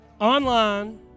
Online